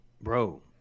bro